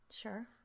Sure